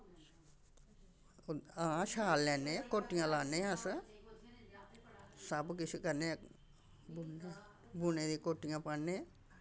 हां शाल लैन्ने कोटियां लान्ने अस सब किश करने बुने दी कोटियां पान्ने